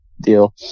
deal